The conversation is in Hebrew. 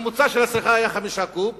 הממוצע של הצריכה היה 5 קוב,